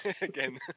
Again